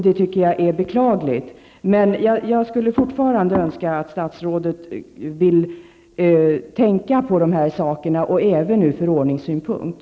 Det tycker jag är beklagligt. Men jag skulle fortfarande önska att statsrådet ville tänka på de här sakerna, även från förordningssynpunkt.